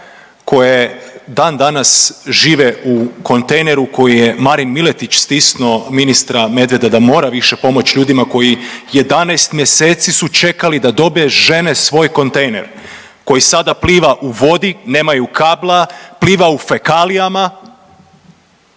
koje dan danas žive u kontejneru koji je Marin Miletić stisnuo ministra Medveda da mora više pomoć ljudima koji 11 mjeseci su čekali da dobe žene svoj kontejner, koji sada pliva u vodi, nemaju kabla, pliva u fekalijama.